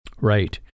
Right